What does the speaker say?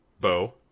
Bo